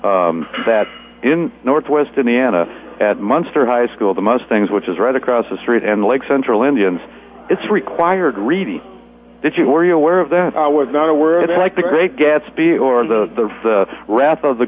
that in northwest indiana at munster high school the most things which is right across the street and like central indians it's required reading that you were aware of that i was not aware of it like the great gatsby or the wrath of the